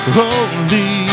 holy